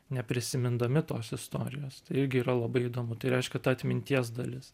neprisimindami tos istorijos irgi yra labai įdomu tai reiškia ta atminties dalis